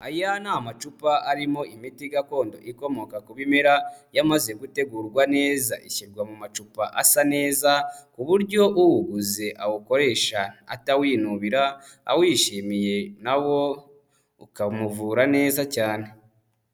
Aya ni amacupa arimo imiti gakondo ikomoka ku bimera, yamaze gutegurwa neza, ishyirwa mu macupa asa neza, ku buryo uwuguze awukoresha atawinubira, awishimiye na wo ukamuvura neza cyane.